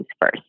first